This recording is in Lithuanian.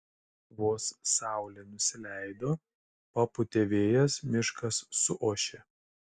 vos saulė nusileido papūtė vėjas miškas suošė